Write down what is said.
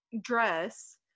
dress